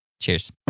Cheers